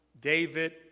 David